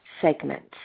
segments